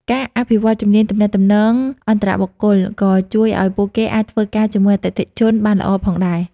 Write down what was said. ការអភិវឌ្ឍជំនាញទំនាក់ទំនងអន្តរបុគ្គល ក៏ជួយឲ្យពួកគេអាចធ្វើការជាមួយអតិថិជនបានល្អផងដែរ។